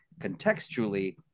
contextually